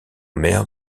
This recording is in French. maire